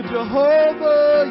Jehovah